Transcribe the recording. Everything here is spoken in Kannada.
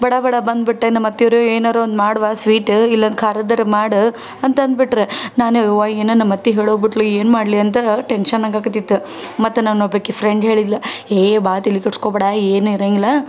ಬಡ ಬಡ ಬಂದ್ಬಿಟ್ಟೆ ನಮ್ಮ ಅತ್ತೆಯೋರು ಏನಾದ್ರು ಒಂದು ಮಾಡವ್ವ ಸ್ವೀಟ್ ಇಲ್ಲ ಖಾರದ್ದಾರ ಮಾಡಿ ಅಂತ ಅಂದ್ಬಿಟ್ರೆ ನಾನು ಯವ್ವಾ ಏನು ನಮ್ಮ ಅತ್ತೆ ಹೇಳೋಗ್ಬಿಟ್ಲು ಏನು ಮಾಡಲಿ ಅಂತ ಟೆನ್ಷನ್ ಆಗಾಕತ್ತಿತ್ತು ಮತ್ತು ನನ್ನ ಒಬ್ಬಾಕಿ ಫ್ರೆಂಡ್ ಹೇಳಿದ್ಲು ಹೇ ಬಾ ತಲೆ ಕೆಡ್ಸ್ಕೊಳ್ಬೇಡ ಏನು ಇರಂಗಿಲ್ಲ